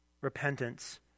repentance